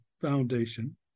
Foundation